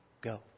Go